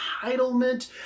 entitlement